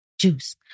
Juice